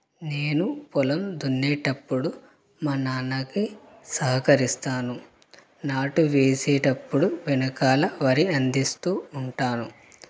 నేను పొలం దున్నేటప్పుడు మా నాన్నకి సహకరిస్తాను నాటు వేసేటప్పుడు వెనకాల వరి అందిస్తూ ఉంటాను